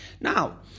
Now